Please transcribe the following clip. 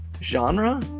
genre